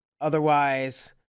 otherwise